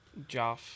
Joff